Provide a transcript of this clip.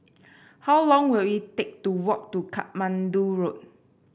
how long will it take to walk to Katmandu Road